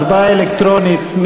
הצבעה אלקטרונית.